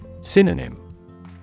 Synonym